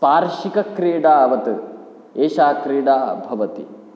स्पार्शिक्रीडावत् एषा क्रीडा भवति